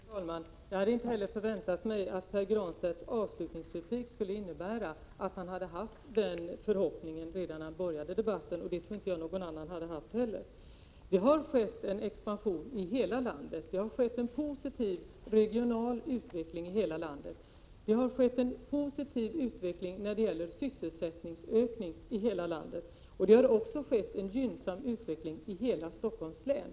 Fru talman! Jag hade inte heller väntat mig att Pär Granstedts avslutningsreplik skulle innebära att han hade haft den förhoppningen när han började debatten, och det tror jag inte att någon annan hade haft heller. Det har skett en expansion i hela landet, det har skett en positiv regional utveckling i hela landet, en positiv utveckling när det gäller sysselsättningsök — Prot. 1987/88:129 ning i hela landet, och också en gynnsam utveckling i hela Stockholms län.